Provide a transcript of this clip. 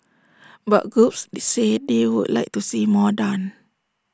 but groups say they would like to see more done